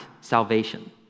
salvation